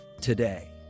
today